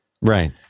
Right